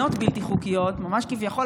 המשטרה.